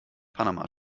panama